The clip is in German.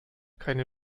keine